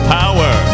power